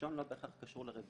הראשון לא בהכרח קשור לרביעי,